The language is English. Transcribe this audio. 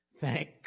Thank